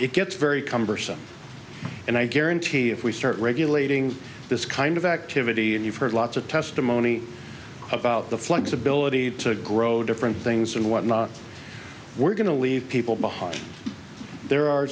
it gets very cumbersome and i guarantee if we start regulating this kind of activity and you've heard lots of testimony about the flexibility to grow different things and whatnot we're going to leave people behind there are